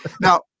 now